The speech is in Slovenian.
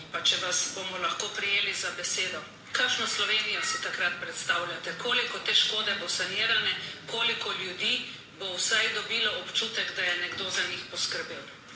pa če vas bomo lahko prijeli za besedo, kakšno Slovenijo si takrat predstavljate, koliko te škode bo sanirane, koliko ljudi bo vsaj dobilo občutek, da je nekdo za njih poskrbel.